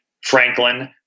franklin